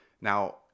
Now